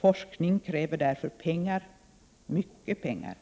Forskning kräver därför pengar, mycket pengar.